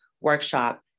workshop